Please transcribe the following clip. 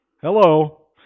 Hello